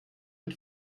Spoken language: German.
mit